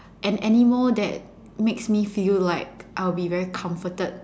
an animal that makes me feel like I'll be very comforted